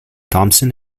thomson